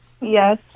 Yes